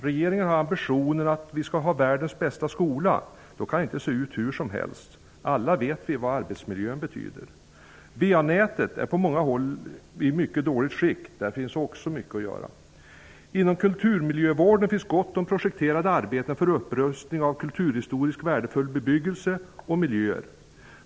Regeringen har ambitionen att vi skall ha världens bästa skola. Då kan den inte se ut hur som helst. Vi vet alla vad arbetsmiljön betyder. Va-nätet är på många håll i mycket dåligt skick. Där finns också mycket att göra. Inom kulturmiljövården finns gott om projekterade arbeten för upprustning av kulturhistoriskt värdefull bebyggelse och miljöer.